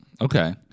Okay